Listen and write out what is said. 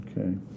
Okay